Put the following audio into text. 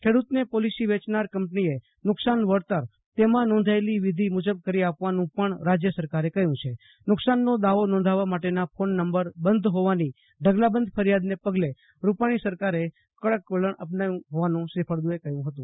ખેડૂતને પોલીસી વેચનાર કંપનીએ નુકશાન વળતર તેમાં નોંધાયેલી વિધી મુજબ કરી આપવાનું પણ રાજ્ય સરકારે કહ્યું છે કે નુકશાનનો દાવો નોંધાવવા માટેના કોન નંબર બંધ હોવાની ઢગલાબંધ ફરિયાદને પગલે રૂપાણી સરકારે કડક વલણ અખત્યાર કર્યું હોવાનું શ્રી ફળદુએ કહ્યું હતું